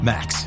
Max